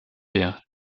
wir